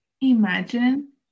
imagine